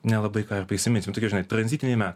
nelabai ką ir prisiminsim tokius žinai tranzitiniai me